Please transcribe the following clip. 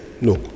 No